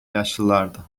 yaşlılardı